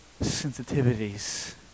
sensitivities